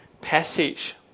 passage